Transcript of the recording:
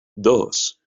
dos